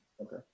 Okay